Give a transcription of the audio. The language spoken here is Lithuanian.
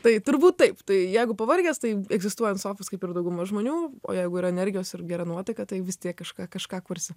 tai turbūt taip tai jeigu pavargęs tai egzistuoji ant sofos kaip ir dauguma žmonių o jeigu yra energijos ir gera nuotaika tai vis tiek kažką kažką kursi